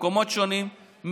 במקומות שונים,